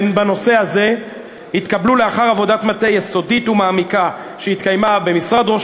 בנושא הזה התקבלו לאחר עבודת מטה יסודית ומעמיקה שהתקיימה במשרד ראש